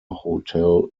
hotel